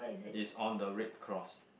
is on the red cross